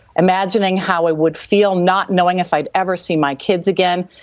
imagining how it would feel not knowing if i'd ever see my kids again,